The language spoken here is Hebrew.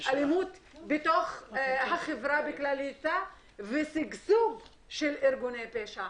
אלימות בתוך החברה בכלליותה ושגשוג של ארגוני פשע.